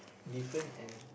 different and